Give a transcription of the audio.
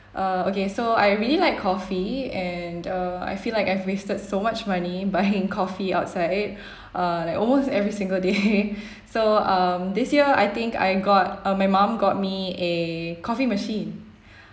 uh okay so I really like coffee and uh I feel like I've wasted so much money buying coffee outside uh like almost every single day so um this year I think I got uh my mum got me a coffee machine